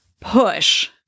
push